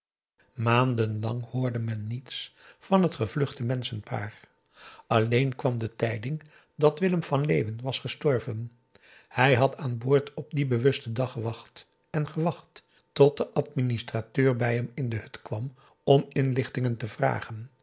maanden lang hoorde men niets van het gevluchte menschenpaar alleen kwam de tijding dat willem van leeuwen was gestorven hij had aan boord op dien bewusten dag gewacht en gewacht tot de administrateur bij hem in de hut kwam om inlichtingen te vragen